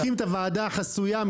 כשתקים את הוועדה החסויה,